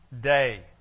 day